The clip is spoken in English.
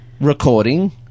recording